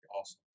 awesome